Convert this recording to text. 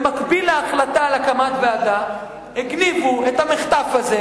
במקביל להחלטה על הקמת ועדה הגניבו את המחטף הזה,